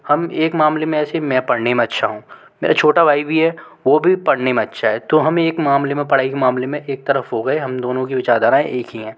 हम एक मामले मे ऐसी मैं पढ़ने में अच्छा हूँ मेरा छोटा भाई भी है वो भी पढ़ने में अच्छा है तो हम एक मामले में पढ़ाई के मामले में एक तरफ़ हो गए हम दोनों की विचारधारा एक ही है